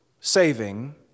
saving